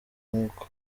nkuko